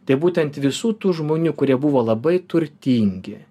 tai būtent visų tų žmonių kurie buvo labai turtingi